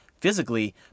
physically